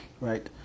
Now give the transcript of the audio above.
Right